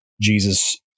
Jesus